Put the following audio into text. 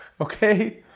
Okay